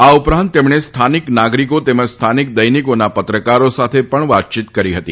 આ ઉપરાંત તેમણે સ્થાનિક નાગરિકો તેમજ સ્થાનિક દૈનિકોના પત્રકારો સાથે પણ વાતચીત કરી હતી